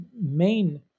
main